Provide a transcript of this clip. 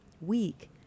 weak